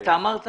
אתה אמרת